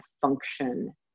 function